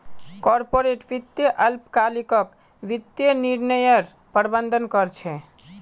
corporate वित्त अल्पकालिक वित्तीय निर्णयर प्रबंधन कर छे